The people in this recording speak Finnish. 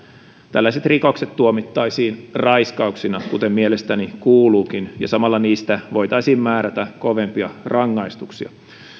tällaiset rikokset tuomittaisiin raiskauksina kuten mielestäni kuuluukin ja samalla niistä voitaisiin määrätä kovempia rangaistuksia